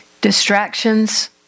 Distractions